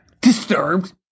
Disturbed